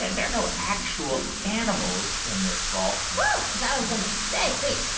and there are no actual animals in this vault because i was going to say wait.